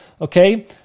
Okay